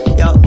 yo